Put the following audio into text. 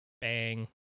bang